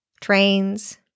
trains